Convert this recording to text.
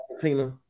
Tina